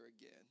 again